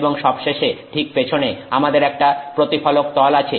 এবং সবশেষে ঠিক পেছনে আমাদের একটা প্রতিফলক তল আছে